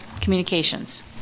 communications